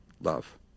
love